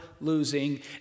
losing